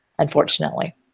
unfortunately